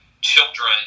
children